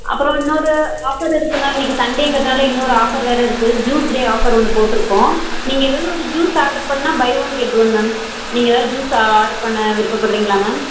அப்புறம் இன்னொரு ஆஃபர் இருக்கு மேம் இன்றைக்கு சண்டேங்கிறதுனால இன்னொரு ஆஃபர் வேறு இருக்கு ஜூஸ் டே ஆஃபர் ஒன்று போட்டுருக்கோம் நீங்கள் எதாவது ஒரு ஜூஸ் ஆர்டர் பண்ணால் buy one get one ma'am நீங்கள் எதாவது ஜூஸ் ஆர்டர் பண்ண விருப்பப்பட்றீங்களா மேம்